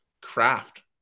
craft